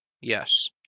Yes